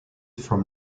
from